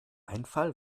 einfall